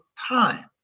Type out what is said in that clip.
time